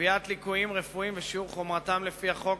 קביעת ליקויים רפואיים ושיעור חומרתם, לפי החוק,